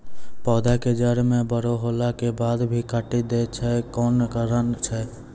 पौधा के जड़ म बड़ो होला के बाद भी काटी दै छै कोन कारण छै?